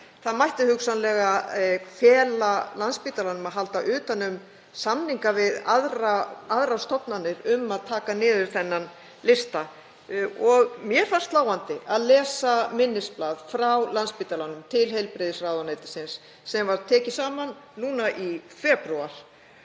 Það mætti hugsanlega fela Landspítalanum að halda utan um samninga við aðrar stofnanir um að taka niður þennan lista. Mér fannst sláandi að lesa minnisblað frá Landspítalanum til heilbrigðisráðuneytisins sem var tekið saman nú í febrúar.